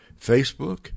Facebook